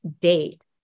date